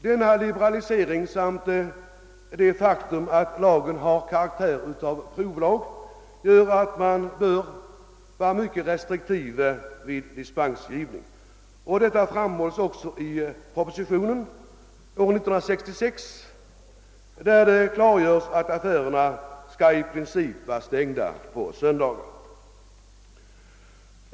Denna liberalisering samt det faktum, att lagen har karaktär av provlag, gör att man bör vara mycket restriktiv vid dispensgivning, och detta framhålls också i propositionen av år 1966, vari det klargörs att affärerna i princip skall vara stängda på söndagar.